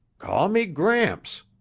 call me gramps,